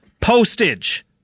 postage